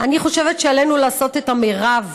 אני חושבת שעלינו לעשות את המרב